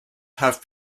have